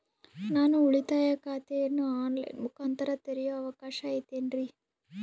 ನಾನು ಉಳಿತಾಯ ಖಾತೆಯನ್ನು ಆನ್ ಲೈನ್ ಮುಖಾಂತರ ತೆರಿಯೋ ಅವಕಾಶ ಐತೇನ್ರಿ?